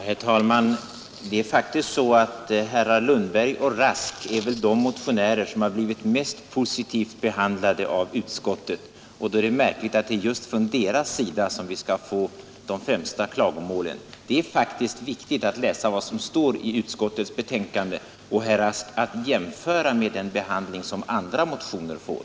Herr talman! Herrar Lundberg och Rask torde faktiskt vara de motionärer som blivit mest positivt behandlade av utskottet, och därför är det märkligt att det är just från dem vi skall få de främsta klagomålen. Det är faktiskt viktigt att läsa vad som står i utskottets betänkande — och, herr Rask, att jämföra med den behandling som andra motioner får.